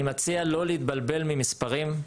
אני מציע לא להתבלבל ממספרים.